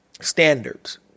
standards